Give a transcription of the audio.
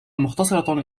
مختصرة